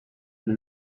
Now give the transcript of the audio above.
will